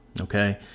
Okay